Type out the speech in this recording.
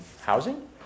housing